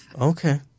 okay